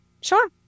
Sure